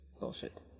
bullshit